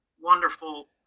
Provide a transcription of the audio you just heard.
wonderful